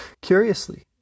Curiously